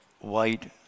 white